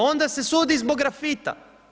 Onda se sudi zbog grafita.